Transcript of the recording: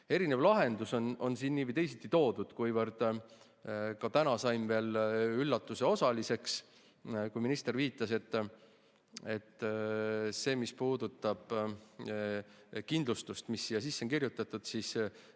Erinev lahendus on siin nii või teisiti toodud. Ka täna sain veel üllatuse osaliseks, kui minister viitas, et see, mis puudutab kindlustust, mis siia sisse on kirjutatud, siis